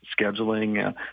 scheduling